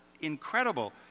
incredible